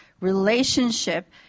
relationship